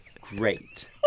great